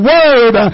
Word